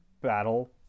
battle